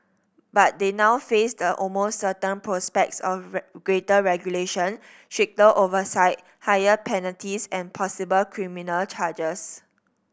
but they now face the almost certain prospects of greater regulation stricter oversight higher penalties and possible criminal charges